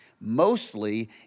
mostly